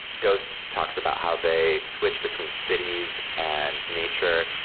ghosts talks about how they switch between cities and nature.